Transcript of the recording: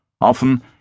often